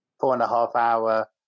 four-and-a-half-hour